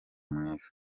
mwiza